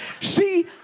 See